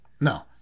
No